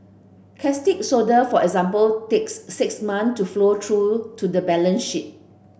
caustic soda for example takes six month to flow through to the balance sheet